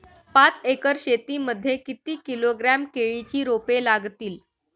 पाच एकर शेती मध्ये किती किलोग्रॅम केळीची रोपे लागतील?